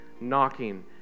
knocking